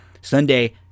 Sunday